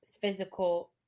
physical